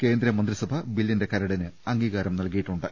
കേന്ദ്രമന്ത്രിസഭ ബില്ലിന്റെ കരടിന് അംഗീകാരം നൽകിയിട്ടുണ്ട്